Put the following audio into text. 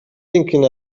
thinking